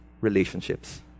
relationships